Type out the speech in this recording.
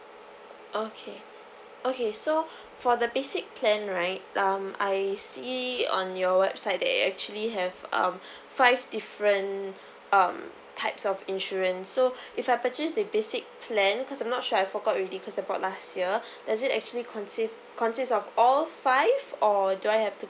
okay okay so for the basic plan right um I see on your website that you're actually have um five different um types of insurance so if I purchase the basic plan cause I'm not sure I forgot already cause I bought last year does it actually consist consist of all five or do I have to